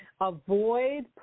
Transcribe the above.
Avoid